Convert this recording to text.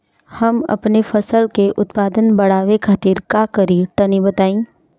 हम अपने फसल के उत्पादन बड़ावे खातिर का करी टनी बताई?